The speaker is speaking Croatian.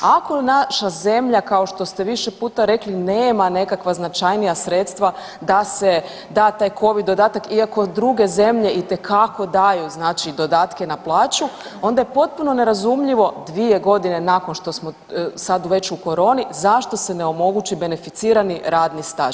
Ako naša zemlja kao što ste više puta rekli nema nekakva značajnija sredstva da se da taj Covid dodatak iako druge zemlje itekako daju znači dodatke na plaću onda je potpuno nerazumljivo 2 godine nakon što smo sad već u koroni zašto se ne omogući beneficirani radni staž.